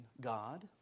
God